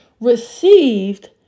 received